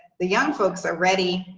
the young folks are ready.